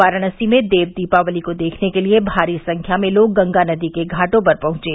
वाराणसी में देव दीपावली को देखने के लिए भारी संख्या में लोग गंगा नदी के घाटो पर पहुंचे